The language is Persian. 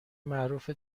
معروف